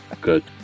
Good